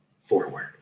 forward